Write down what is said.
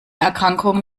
erkrankungen